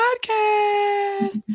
podcast